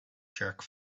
jerk